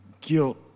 guilt